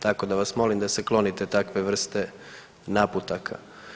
Tako da vas molim da se klonite takve vrste naputaka.